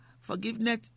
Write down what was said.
forgiveness